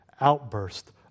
outburst